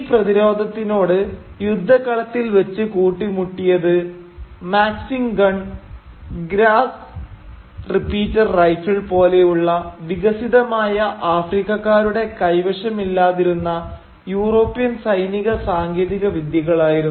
ഈ പ്രതിരോധത്തിനോട് യുദ്ധക്കളത്തിൽ വെച്ച് കൂട്ടിമുട്ടിയത് Maxim gun Gras repeater rifle പോലെയുള്ള വികസിതമായ ആഫ്രിക്കക്കാരുടെ കൈവശമില്ലാതിരുന്ന യൂറോപ്യൻ സൈനിക സാങ്കേതിക വിദ്യകളായിരുന്നു